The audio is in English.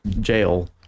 jail